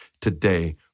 today